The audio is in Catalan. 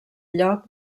lloc